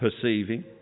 perceiving